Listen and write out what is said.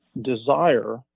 desire